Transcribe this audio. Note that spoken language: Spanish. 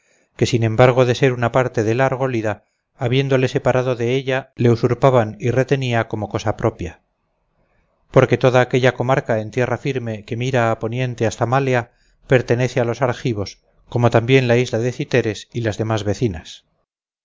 que sin embargo de ser una parte de la argólida habiéndole separado de ella le usurpaban y retenía como cosa propia porque toda aquella comarca en tierra firme que mira a poniente hasta málea pertenece a los argivos como también la isla de cythéres y las demás vecinas